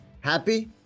Happy